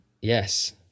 Yes